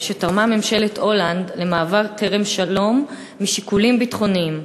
שתרמה ממשלת הולנד למעבר כרם-שלום משיקולים ביטחוניים.